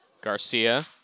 Garcia